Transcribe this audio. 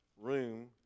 room